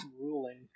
Ruling